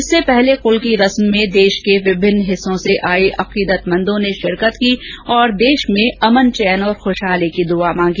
इससे पहले कल की रस्म में देश के विभिन्न हिस्सों से आए अकीदतमंदों ने शिरकत की तथा देश में अमन चैन ख्शहाली की दुआ की